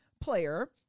player